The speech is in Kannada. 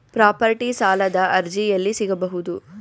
ಪ್ರಾಪರ್ಟಿ ಸಾಲದ ಅರ್ಜಿ ಎಲ್ಲಿ ಸಿಗಬಹುದು?